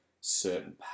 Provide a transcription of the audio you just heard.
certain